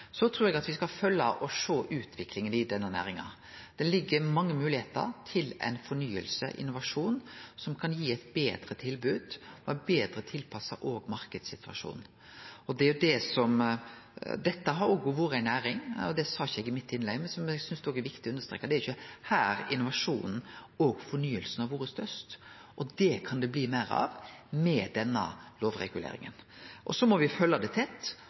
Så trur eg at me skal følgje og sjå utviklinga i denne næringa. Det ligg mange moglegheiter til ei fornying og innovasjon som kan gi eit betre tilbod, betre tilpassa òg marknadssituasjonen. Dette har òg vore ei næring – det sa eg ikkje i innlegget mitt, men som eg òg synest er viktig å understreke – der ikkje innovasjonen og fornyinga har vore størst. Det kan det bli meir av med denne lovreguleringa. Så må me følgje det tett